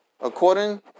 According